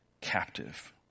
captive